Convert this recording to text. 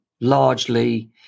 largely